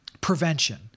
prevention